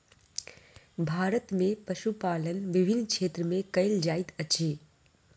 भारत में पशुपालन विभिन्न क्षेत्र में कयल जाइत अछि